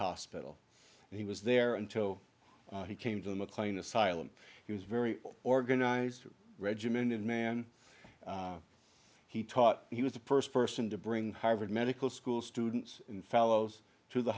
hospital and he was there until he came to the mclean asylum he was very well organized regimen of man he taught he was the first person to bring harvard medical school students in fellows to the